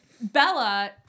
Bella